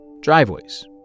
driveways